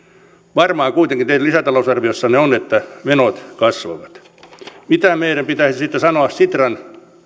varmaa kuitenkin teidän lisätalousarviossanne on että menot kasvavat mitä meidän pitäisi sitten sanoa sitran